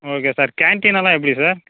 okay sir canteen எல்லாம் எப்படி sir